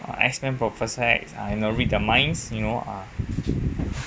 X men professor X ah you know read their minds you know ah